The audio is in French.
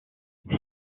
celui